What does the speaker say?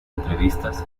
entrevistas